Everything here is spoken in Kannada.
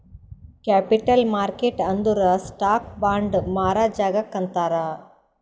ಕ್ಯಾಪಿಟಲ್ ಮಾರ್ಕೆಟ್ ಅಂದುರ್ ಸ್ಟಾಕ್, ಬಾಂಡ್ ಮಾರಾ ಜಾಗಾಕ್ ಅಂತಾರ್